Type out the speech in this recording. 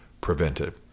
prevented